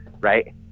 right